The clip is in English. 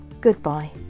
Goodbye